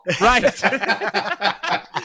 right